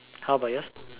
how about yours